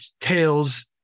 tales